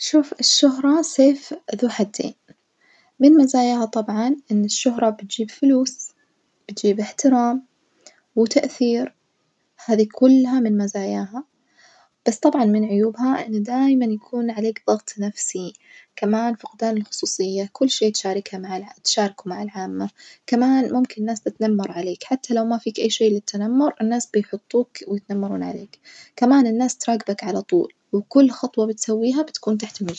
شوف الشهرة سيف ذو حدين من مزاياها طبعًا إن الشهرة بتجيب فلوس بتجيب إحترام وتأثير، هذي كلها من مزاياها بس طبعًا من عيوبها إن دايمًا يكون عليك ظغط نفسي كمان فقدان الخصوصية، كل شي تشاركها مع الع تشاركه مع العامة، كمان ممكن ناس تتنمر عليك حتى لو ما فيك أي شي للتنمر الناس بيحطوك ويتنمرون عليك كمان الناس تراجبك على طول وكل خطوة بتسويها بتكون تحت المج.